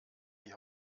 die